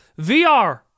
VR